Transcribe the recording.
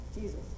Jesus